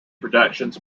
productions